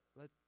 let